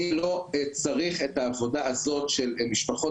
אני לא צריך את העבודה הזאת של משפחות